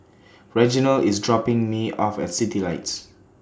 Reginal IS dropping Me off At Citylights